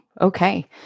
Okay